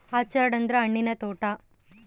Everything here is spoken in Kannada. ಆರ್ಚರ್ಡ್ ಅಂದ್ರ ಹಣ್ಣಿನ ತೋಟ